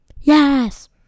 Yes